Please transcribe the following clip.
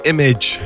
Image